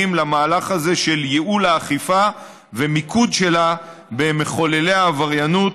למהלך הזה של ייעול האכיפה ומיקוד שלה במחוללי העבריינות,